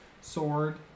sword